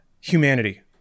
humanity